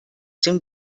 dem